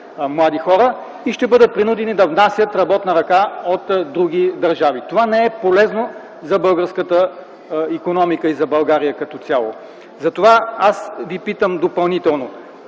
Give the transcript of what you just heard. млади хора, и ще бъдат принудени да внасят работна ръка от други държави. Това не е полезно за българската икономика и за България като цяло. Затова аз Ви питам допълнително: